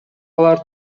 алар